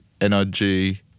NRG